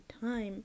time